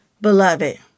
beloved